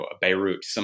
Beirut